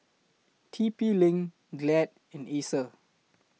T P LINK Glad and Acer